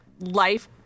life